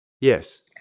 yes